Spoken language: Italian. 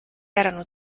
erano